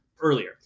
earlier